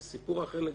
זה סיפור אחר לגמרי.